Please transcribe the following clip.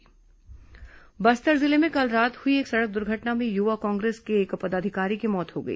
सड़क दुर्घटना बस्तर जिले में कल रात हुई एक सड़क दुर्घटना में युवा कांग्रेस के एक पदाधिकारी की मौत हो गई